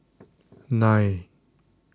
nine